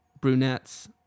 brunettes